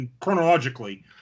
chronologically